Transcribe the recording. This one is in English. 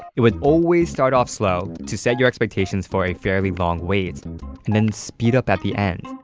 it would always start off slow to set your expectations for a fairly long wait and then speed up at the end,